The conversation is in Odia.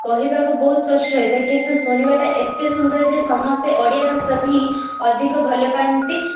କହିବାକୁ ବହୁତ କଷ୍ଟ ହୋଇଥାଏ କିନ୍ତୁ ଶୁଣିବାଟା ଏତେ ସୁନ୍ଦର ଯେ ସମସ୍ତେ ଓଡ଼ିଆ ଭାଷାକୁ ହିଁ ଅଧିକ ଭଲ ପାଆନ୍ତି